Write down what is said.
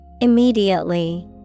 Immediately